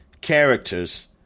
characters